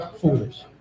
foolish